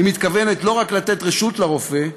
היא מתכוונת לא רק לתת רשות לרופא,